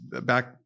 back